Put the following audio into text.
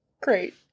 Great